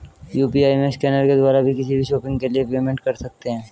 UPI में scanner के द्वारा भी किसी भी शॉपिंग के लिए पेमेंट कर सकते है